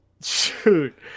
shoot